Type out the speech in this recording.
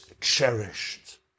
cherished